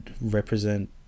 represent